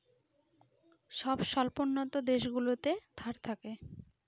সব স্বল্পোন্নত দেশগুলোতে ধার থাকে